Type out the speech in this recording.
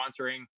sponsoring